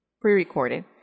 Pre-recorded